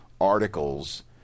articles